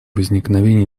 возникновения